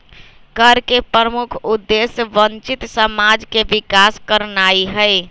कर के प्रमुख उद्देश्य वंचित समाज के विकास करनाइ हइ